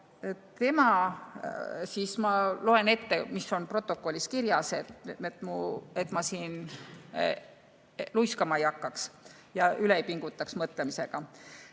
sama küsimus. Ma loen ette, mis on protokollis kirjas – et ma siin luiskama ei hakkaks ega üle ei pingutaks mõtlemisega.